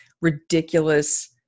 ridiculous